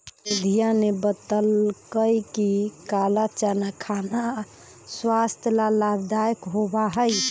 निधिया ने बतल कई कि काला चना खाना स्वास्थ्य ला लाभदायक होबा हई